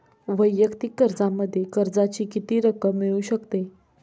वैयक्तिक कर्जामध्ये कर्जाची किती रक्कम मिळू शकते?